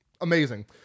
Amazing